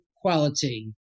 quality